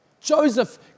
Joseph